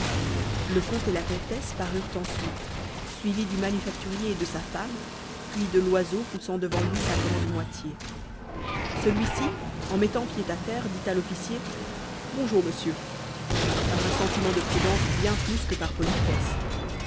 le comte et la comtesse parurent ensuite suivis du manufacturier et de sa femme puis de loiseau poussant devant lui sa grande moitié celui-ci en mettant pied à terre dit à l'officier bonjour monsieur par un sentiment de prudence bien plus que par politesse